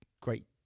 great